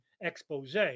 expose